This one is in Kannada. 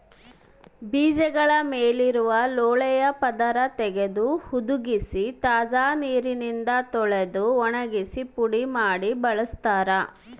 ಬೀಜಗಳ ಮೇಲಿರುವ ಲೋಳೆಯ ಪದರ ತೆಗೆದು ಹುದುಗಿಸಿ ತಾಜಾ ನೀರಿನಿಂದ ತೊಳೆದು ಒಣಗಿಸಿ ಪುಡಿ ಮಾಡಿ ಬಳಸ್ತಾರ